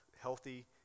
healthy